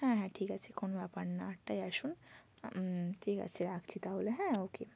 হ্যাঁ হ্যাঁ ঠিক আছে কোনো ব্যাপার না আটটায় আসুন ঠিক আছে রাখছি তাহলে হ্যাঁ ওকে